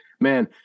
man